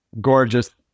gorgeous